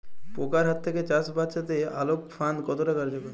পোকার হাত থেকে চাষ বাচাতে আলোক ফাঁদ কতটা কার্যকর?